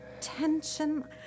tension